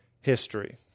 history